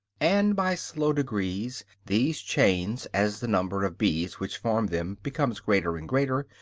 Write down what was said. and, by slow degrees, these chains, as the number of bees which form them becomes greater and greater,